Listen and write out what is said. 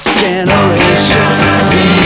generation